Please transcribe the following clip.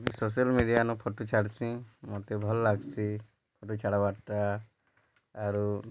ମୁଇଁ social media ନୁ ଛାଡ଼୍ସିଁ ମୋତେ ଭଲ୍ ଲାଗ୍ସି ଫଟୋ ଛାଡ଼ବାର୍ ଟା ଆରୁ